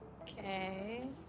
Okay